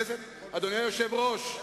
אדוני היושב-ראש,